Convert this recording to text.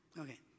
Okay